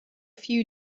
few